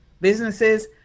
businesses